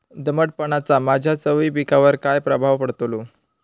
दमटपणाचा माझ्या चवळी पिकावर काय प्रभाव पडतलो?